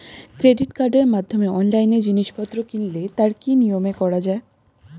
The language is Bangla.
ক্রেডিট কার্ডের মাধ্যমে অনলাইনে জিনিসপত্র কিনলে তার কি নিয়মে করা যায়?